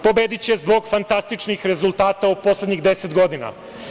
Pobediće zbog fantastičnih rezultata u poslednjih deset godina.